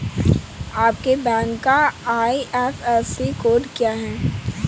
आपके बैंक का IFSC code क्या है?